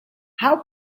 how